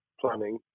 planning